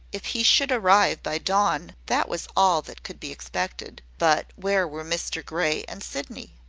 if he should arrive by dawn, that was all that could be expected. but where were mr grey and sydney?